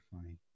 funny